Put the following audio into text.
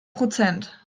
prozent